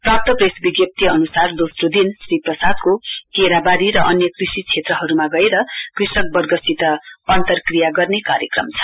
प्राप्त प्रेस विज्ञाप्ती अनुसार दोस्रो दिन श्री प्रसादको केराबारी र अन्य कृषि श्रेत्रहरुमा गएर कृषक वर्गसित अन्तर्क्रिया गर्ने कार्यक्रम छ